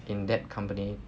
in that company